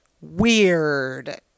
weird